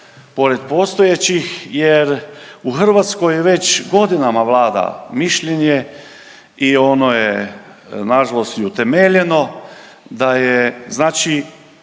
pored postojećih, jer u Hrvatskoj već godinama vlada mišljenje i ono je na žalost i utemeljeno da je znači